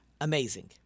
amazing